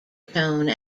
tone